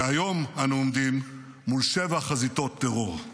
והיום אנו עומדים מול שבע חזיתות טרור.